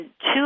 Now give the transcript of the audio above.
two